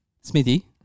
Smithy